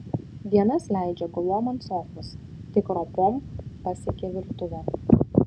dienas leidžia gulom ant sofos tik ropom pasiekia virtuvę